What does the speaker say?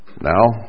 Now